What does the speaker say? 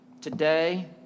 Today